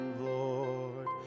Lord